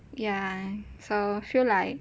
ya so I feel like